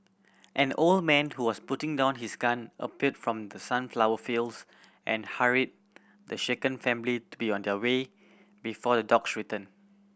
an old man who was putting down his gun appeared from the sunflower fields and hurried the shaken family to be on their way before the dogs return